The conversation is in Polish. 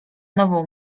nową